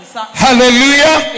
Hallelujah